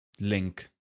Link